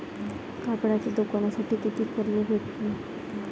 कापडाच्या दुकानासाठी कितीक कर्ज भेटन?